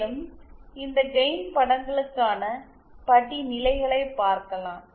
மேலும் இந்த கெயின் படங்களுக்கான படிநிலைகளை பார்க்கலாம்